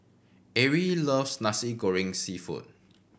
Arie loves Nasi Goreng Seafood